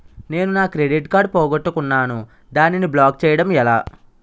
నేను నా credit card పోగొట్టుకున్నాను దానిని బ్లాక్ చేయడం ఎలా?